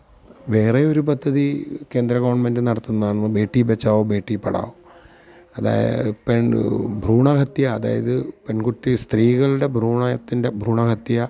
വേറെ ഒരു പദ്ധതി കേന്ദ്ര ഗവണ്മെന്റ് നടത്തുന്നതാണ് ബേട്ടി ബച്ചാവോ ബേട്ടി പഠാവോ അതായത് പെണ്ണ് ഭ്രൂണഹത്യ അതായത് പെണ്കുട്ടി സ്ത്രീകളുടെ ഭ്രൂണത്തിന്റെ ഭ്രൂണഹത്യ